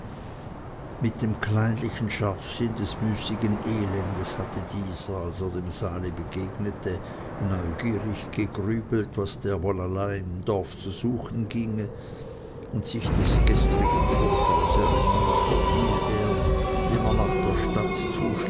mit dem kleinlichen scharfsinn des müßigen elendes hatte dieser als er dem sali begegnet neugierig gegrübelt was der wohl allein im dorfe zu suchen ginge und sich des gestrigen vorfalles erinnernd verfiel er immer nach der stadt